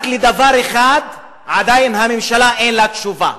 רק על דבר אחד לממשלה אין עדיין תשובה,